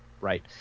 right